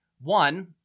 One